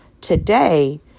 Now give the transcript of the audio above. today